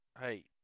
hey